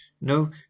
no